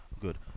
good